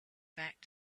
back